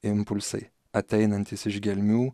impulsai ateinantys iš gelmių